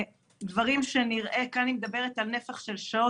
דברים שנראה, כאן היא מדברת על נפח של שעות.